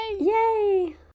yay